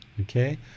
okay